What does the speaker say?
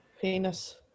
penis